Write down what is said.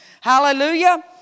Hallelujah